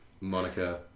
Monica